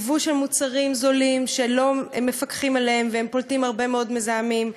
וייבוא של מוצרים זולים שלא מפקחים עליהם והם פולטים הרבה מאוד מזהמים.